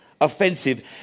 Offensive